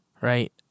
right